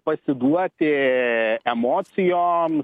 pasiduoti emocijom